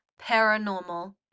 paranormal